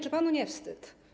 Czy panu nie wstyd?